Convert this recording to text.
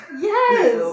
Yes